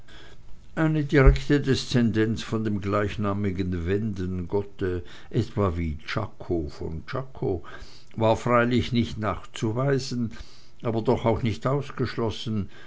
eine direkte deszendenz von dem gleichnamigen wendengotte etwa wie czako von czako war freilich nicht nachzuweisen aber doch auch nicht ausgeschlossen